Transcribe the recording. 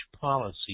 policy